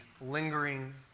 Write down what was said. lingering